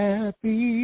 Happy